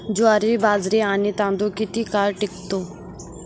ज्वारी, बाजरी आणि तांदूळ किती काळ टिकतो?